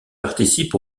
participent